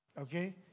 Okay